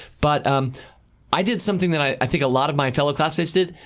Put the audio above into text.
but um i did something that i think a lot of my fellow classmates did.